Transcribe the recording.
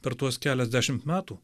per tuos keliasdešimt metų